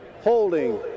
Holding